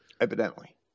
evidently